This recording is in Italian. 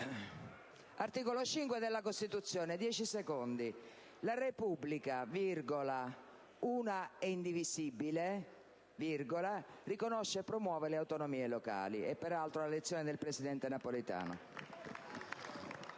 L'articolo 5 della Costituzione così recita: «La Repubblica, una e indivisibile, riconosce e promuove le autonomie locali». Questa, peraltro, è la lezione del presidente Napolitano.